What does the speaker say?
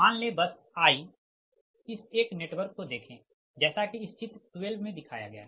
मान ले बस i इस एक नेटवर्क को देखें जैसा कि इस चित्र 12 में दिखाया गया है